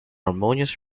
harmonious